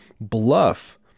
bluff